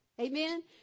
Amen